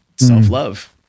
self-love